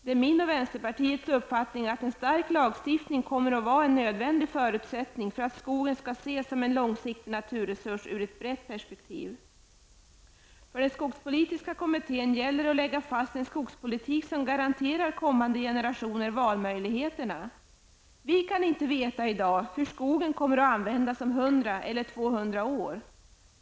Det är min och vänsterpartiets uppfattning att en stark lagstiftning kommer att vara en nödvändig förutsättning för att skogen skall ses som en långsiktig naturresurs ur ett brett perspektiv. För den skogspolitiska kommittén gäller det att lägga fast en skogspolitik som garanterar kommande generationer valmöjligheterna. Vi kan inte veta i dag hur skogen kommer att användas om 100 eller 200 år.